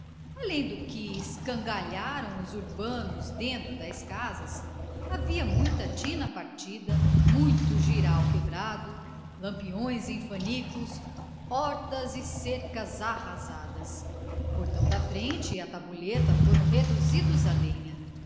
além do que escangalharam os urbanos dentro das casas havia muita tina partida muito jirau quebrado lampiões em fanicos hortas e cercas arrasadas o portão da frente e a tabuleta foram reduzidos a